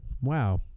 Wow